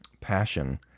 passion